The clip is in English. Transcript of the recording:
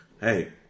Hey